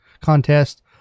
contest